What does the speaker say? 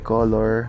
Color